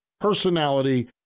personality